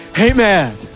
amen